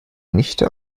nichte